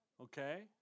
okay